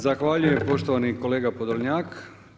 Zahvaljujem poštovani kolega Podolnjak.